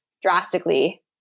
drastically